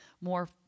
more